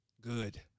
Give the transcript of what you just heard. Good